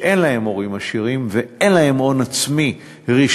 שאין להם הורים עשירים ואין להם הון עצמי ראשוני